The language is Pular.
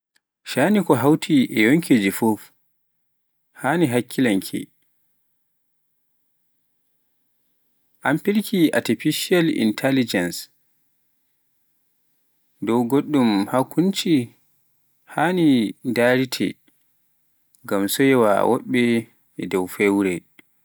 Shaani ko hawti e yoonki ji fuf hanna hakkilanke, amfiki e artificial intelligence dow goɗɗun hakunci haani ndaari tee, ngam so yeewa woɓɓe e dow fewre.